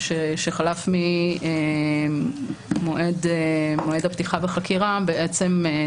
הם מבקשים להשתמש במידע שיש להם על החקירה שמתנהלת אצלם.